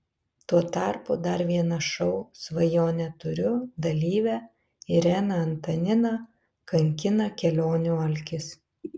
tuo tarpu dar vieną šou svajonę turiu dalyvę ireną antaniną kankina kelionių alkis